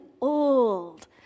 old